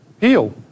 heal